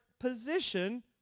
position